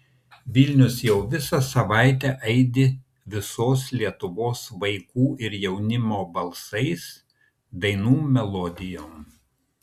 vilnius jau visą savaitę aidi visos lietuvos vaikų ir jaunimo balsais dainų melodijom